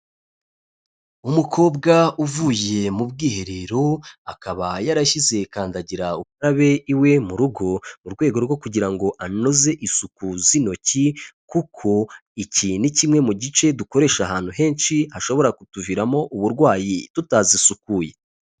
Umukobwa uvuye mu bwiherero, akaba yarashyize kandagira ukarabe iwe mu rugo, mu rwego rwo kugira ngo anoze isuku z'intoki kuko iki ni kimwe mu gice dukoresha ahantu henshi, hashobora kutuviramo uburwayi tutazisukuye.